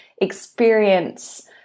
experience